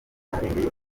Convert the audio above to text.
barengeye